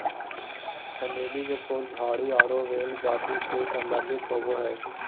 चमेली के फूल झाड़ी आरो बेल जाति से संबंधित होबो हइ